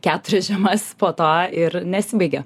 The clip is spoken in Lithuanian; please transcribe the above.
keturias žiemas po to ir nesibaigia